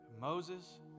Moses